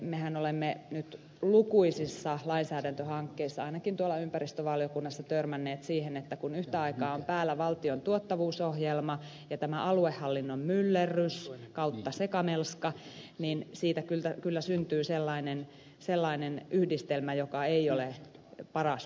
mehän olemme nyt lukuisissa lainsäädäntöhankkeissa ainakin ympäristövaliokunnassa törmänneet siihen että kun yhtä aikaa on päällä valtion tuottavuusohjelma ja tämä aluehallinnon myllerrys ja sekamelska niin siitä kyllä syntyy sellainen yhdistelmä joka ei ole paras mahdollinen